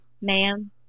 ma'am